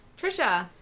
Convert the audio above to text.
Trisha